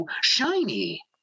shiny